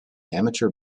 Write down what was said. amateur